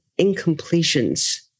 incompletions